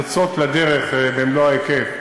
יוצאות לדרך, במלוא ההיקף,